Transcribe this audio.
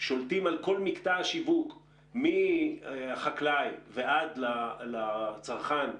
שולטים על כל מקטע השיווק מהחקלאי ועד לצרכן הסופי.